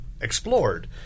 explored